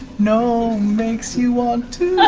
gnome makes you want